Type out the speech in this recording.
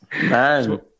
Man